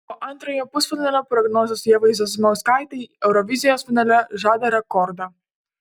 po antrojo pusfinalio prognozės ievai zasimauskaitei eurovizijos finale žada rekordą